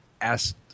ask